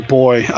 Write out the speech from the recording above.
boy